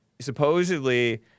supposedly